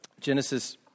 Genesis